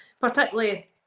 particularly